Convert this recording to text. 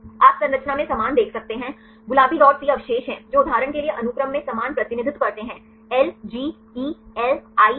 आप संरचना में समान देख सकते हैं गुलाबी डॉट्स ये अवशेष हैं जो उदाहरण के लिए अनुक्रम में समान प्रतिनिधित्व करते हैं LGELIH